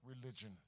religion